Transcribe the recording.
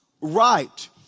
right